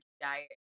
diet